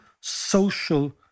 social